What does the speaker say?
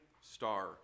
star